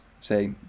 say